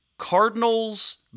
Cardinals